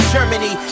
Germany